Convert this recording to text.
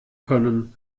können